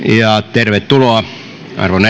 tervetuloa arvon